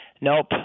Nope